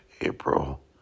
April